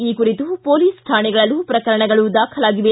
ಈ ಕುರಿತು ಪೊಲೀಸ್ ಶಾಣೆಗಳಲ್ಲೂ ಪ್ರಕರಣಗಳು ದಾಖಲಾಗಿವೆ